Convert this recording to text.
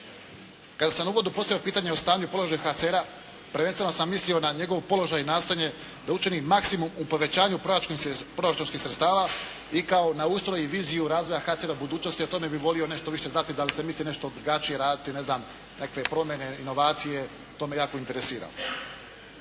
Kada sam u uvodu postavio pitanje o stanju i položaju HCR-a, prvenstveno sam mislio na njegov položaj i nastojanje da učini maksimum u povećanju proračunskih sredstava i kao na ustroj i viziju razvoja HCR-a u budućnosti, o tome bih volio nešto više znati. Da li se misli nešto drugačije raditi, nekakve promjene, inovacije, to me jako interesira?